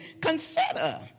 Consider